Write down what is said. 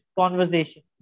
conversation